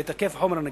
ואת היקף החומר הנגיש.